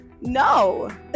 no